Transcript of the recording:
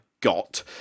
got